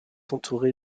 entouré